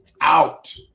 out